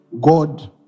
God